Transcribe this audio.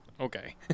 okay